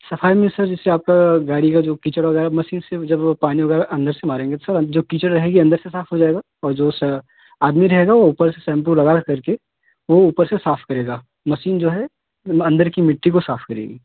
सफ़ाई में सर जैसे आपका गाड़ी का जो कीचड़ वग़ैरह मशीन से जब वो पानी वग़ैरह अंदर से मारेंगे सर जो कीचड़ रहेगी अंदर से साफ़ हो जाएगा और जो स आदमी रहेगा वह ऊपर से सैम्पू लगा कर के वह ऊपर से साफ़ करेगा मसीन जो है अंदर की मिट्टी को साफ़ करेगी